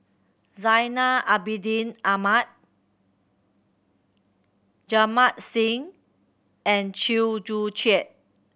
Zainal Abidin Ahmad Jamit Singh and Chew Joo Chiat